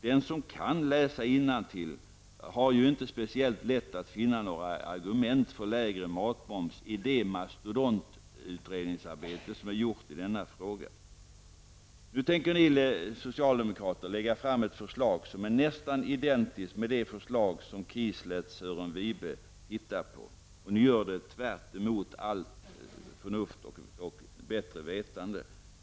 Den som kan läsa innantill har ju inte särskilt lätt att finna några argument för lägre matmoms i det mastodontutredningsarbete som gjorts i denna fråga. Nu tänker ni socialdemokrater lägga fram ett förslag som är nästan identiskt med det förslag som KIS lät Sören Wibe se på. Och ni gör det tvärtemot allt förnuft och bättre vetande.